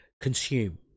consume